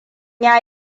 ya